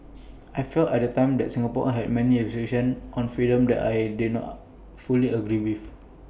I felt at the time that Singapore had many restrictions on freedom that I did not fully agree with